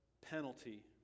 penalty